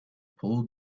pulled